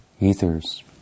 Ethers